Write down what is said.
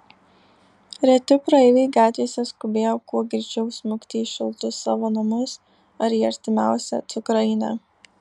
reti praeiviai gatvėse skubėjo kuo greičiau smukti į šiltus savo namus ar į artimiausią cukrainę